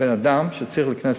מהאדם שצריך להיכנס